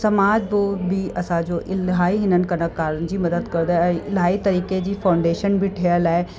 समाज बो बि इलाही इन्हनि कलाकारनि जी मदद कंदो आहे इलाही तरीक़े जी फ़ाउंडेशन बि ठहियलु आहे